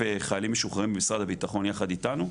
חיילים משוחררים במשרד הביטחון יחד אתנו.